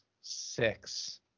six